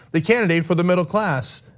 the candidate for the middle class,